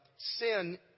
sin